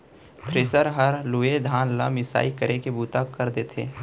thresher हर लूए धान ल मिसाई करे के बूता कर देथे